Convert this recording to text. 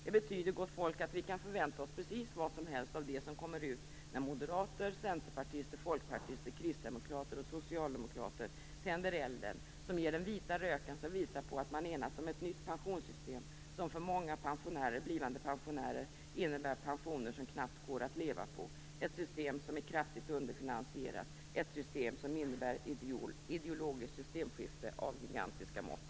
Det betyder gott folk, att vi kan förvänta oss precis vad som helst av det som kommer ut när moderater, centerpartister, folkpartister, kristdemokrater och socialdemokrater tänder elden som ger den vita röken, som visar att man enats om ett nytt pensionssystem. För många blivande pensionärer innebär det pensioner som knappt går att leva på. Det är ett system som är kraftigt underfinansierat, ett system som innebär ett ideologiskt systemskifte av gigantiska mått.